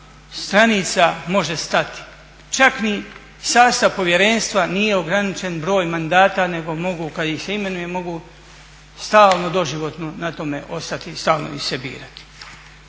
stranica može stati. Čak ni sastav povjerenstva nije ograničen broj mandata nego kada ih se imenuje mogu stalno doživotno na tome ostati i stalno ih se birati.